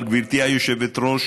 אבל גברתי היושבת-ראש,